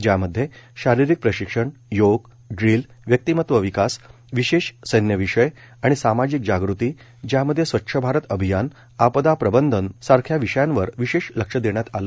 ज्यामध्ये शारिरिक प्रशिक्षण योग ड्रिल व्यक्तिमत्व विकास विशेष सैन्य विषय विषय आणि सामाजिक जागृती ज्यामध्ये स्वच्छ भारत अभियान आपदा प्रबंधन सारख्या विषयावर विशेष लक्ष देण्यात आलं